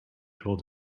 told